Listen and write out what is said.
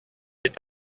est